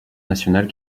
nationale